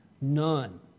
None